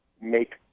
make